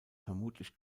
vermutlich